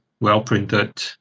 well-printed